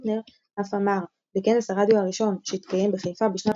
קוטנר אף אמר ב"כנס הרדיו הראשון" שהתקיים בחיפה בשנת